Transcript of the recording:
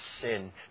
sin